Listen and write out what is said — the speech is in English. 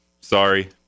Sorry